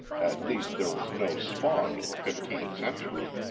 at least there was no smog in the fifteenth century.